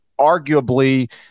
arguably